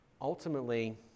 ultimately